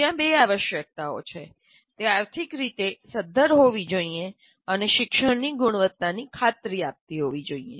ત્યાં બે આવશ્યકતાઓ છે તે આર્થિક રીતે સધ્ધર હોવી જોઈએ અને શિક્ષણની ગુણવત્તાની ખાતરી આપતી હોવી જોઈએ